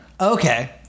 Okay